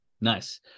nice